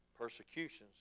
persecution's